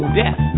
death